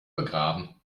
begraben